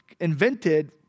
invented